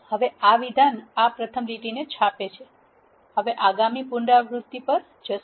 હવે આ વિધાન આ પ્રથમ લીટીને છાપે છે હવે આગામી પુનરાવૃત્તિ પર જશે